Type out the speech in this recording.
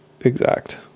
exact